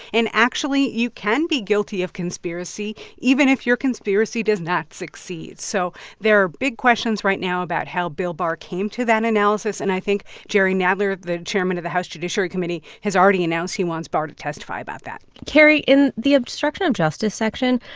and actually, you can be guilty of conspiracy even if your conspiracy does not succeed. so there are big questions right now about how bill barr came to that analysis. and i think jerry nadler, the chairman of the house judiciary committee, has already announced he wants barr to testify about that carrie, in the obstruction of justice section,